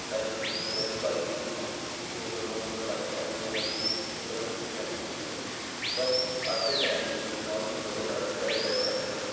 line 'ਚ ਖੜਿਆਂ ਦੀ ਵਾਰੀ ਵੀ ਨਹੀਂ ਸੀ ਆਉਂਦੀ ਕਿ ਕਦੋਂ ਉਹਨਾਂ ਦਾ ਲੰਚ ਟਾਈਮ ਹੋ ਜਾਂਦਾ ਸੀ ਅਤੇ ਕਦੋਂ ਛੁੱਟੀ ਟਾਈਮ ਵੀ ਹੋ ਜਾਂਦਾ ਸੀ ਬਟ ਅੱਜ ਦੇ ਟਾਈਮ ਵਿੱਚ ਤਕਨੋਲਜੀ ਦੀ ਮਦਦ ਨਾਲ ਅਸੀਂ ਘਰ ਬੈਠੇ ਆਪਣੀਆਂ